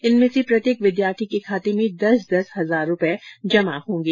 इनमें से प्रत्येक विद्यार्थी के खाते में दस दस हजार रूपए जमा होंगे